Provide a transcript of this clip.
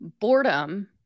Boredom